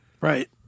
Right